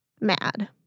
Mad